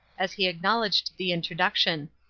as he acknowledged the introduction.